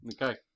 Okay